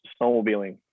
snowmobiling